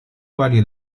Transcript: quali